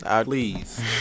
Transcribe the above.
Please